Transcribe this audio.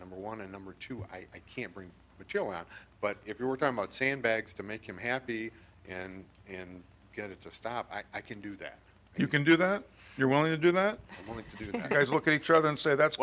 number one and number two i can't bring the chill out but if you were talking about sandbags to make him happy and and get it to stop i can do that you can do that you're willing to do that when we look at each other and say that's